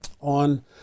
on